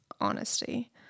honesty